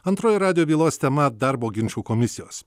antroji radijo bylos tema darbo ginčų komisijos